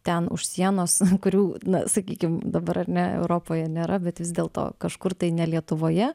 ten už sienos kurių na sakykim dabar ar ne europoje nėra bet vis dėlto kažkur tai ne lietuvoje